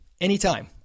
anytime